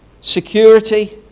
security